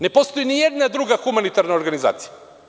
Ne postoji nijedna druga humanitarna organizacija.